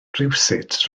rywsut